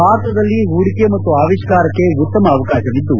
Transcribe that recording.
ಭಾರತದಲ್ಲಿ ಹೂಡಿಕೆ ಮತ್ತು ಆವಿಷ್ಕಾರಕ್ಕೆ ಉತ್ತಮ ಅವಕಾಶವಿದ್ದು